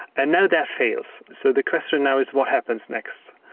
and now that fails. so the question now is what happens next?